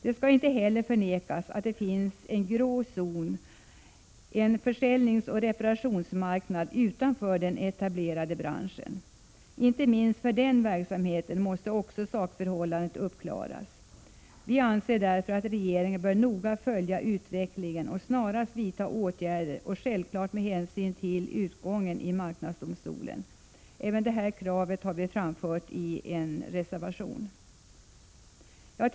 Det skall inte heller förnekas att det finns en grå zon, dvs. en försäljningsoch reparationsmarknad utanför den etablerade branschen. Inte minst för den verksamheten måste sakförhållandet uppklaras. Vi anser därför att regeringen bör följa utvecklingen noga och snarast vidta åtgärder, självfallet med hänsyn till utgången i marknadsdomstolen. Även detta krav är framfört i en reservation. Herr talman!